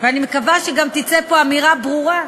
ואני מקווה שגם תצא פה אמירה ברורה,